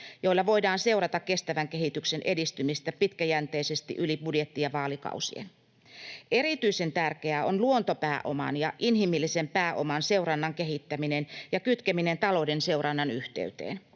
joilla voidaan seurata kestävän kehityksen edistymistä pitkäjänteisesti yli budjetti‑ ja vaalikausien. Erityisen tärkeää on luontopääoman ja inhimillisen pääoman seurannan kehittäminen ja kytkeminen talouden seurannan yhteyteen.